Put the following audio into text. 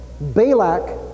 Balak